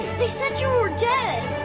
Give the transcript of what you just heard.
they said you were dead.